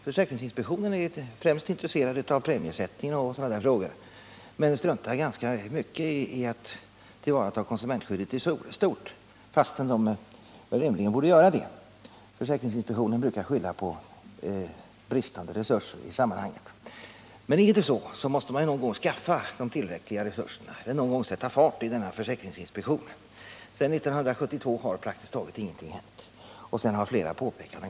Försäkringsinspektionen är främst intresserad av premiesättning och sådana frågor och struntar i ganska stor utsträckning i att tillvarata konsumentskyddet i stort, trots att man rimligen borde göra det. Försäkringsinspektionen brukar skylla på bristande resurser i sammanhanget. Är det så måste man någon gång skaffa de tillräckliga resurserna, man måste någon gång sätta fart på denna försäkringsinspektion. Sedan 1972 har praktiskt taget ingenting hänt, trots att det därefter har kommit flera påpekanden.